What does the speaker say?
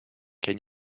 can